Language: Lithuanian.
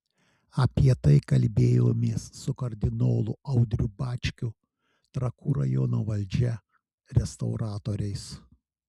apie tai kalbėjomės su kardinolu audriu bačkiu trakų rajono valdžia restauratoriais